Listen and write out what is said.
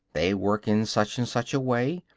they work in such and such a way,